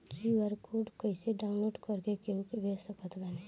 QR code कइसे download कर के केहु के भेज सकत बानी?